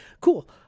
cool